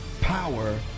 power